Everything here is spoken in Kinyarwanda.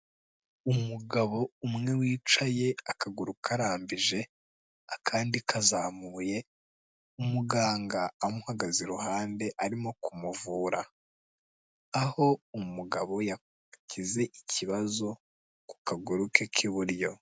Umugabo umwe wicaye akaguru karambije akandi kazamuye, umuganga amuhagaze iruhande arimo kumuvura, aho umugabo yagize ikibazo ku kaguru ke k'iburyo.